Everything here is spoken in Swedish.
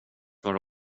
vara